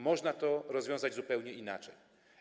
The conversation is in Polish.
Można to rozwiązać zupełnie inaczej.